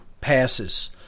passes